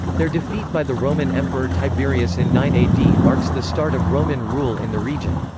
their defeat by the roman emperor tiberius in nine a d. marks the start of roman rule in the region.